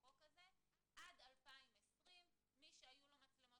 החוק הזה עד 2020. מי שהיו לו מצלמות